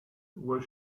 where